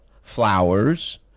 flowers